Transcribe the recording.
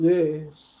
Yes